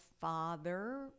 father